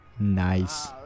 nice